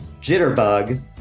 Jitterbug